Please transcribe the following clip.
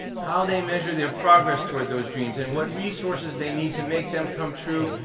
how they measure their progress toward those dreams, and what resources they need to make them come true,